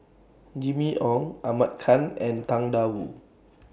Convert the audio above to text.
Jimmy Ong Ahmad Khan and Tang DA Wu